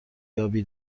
یابی